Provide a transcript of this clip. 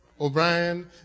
O'Brien